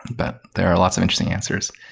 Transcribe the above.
but there are lots of interesting answers.